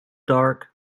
dark